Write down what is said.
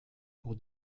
pour